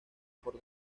por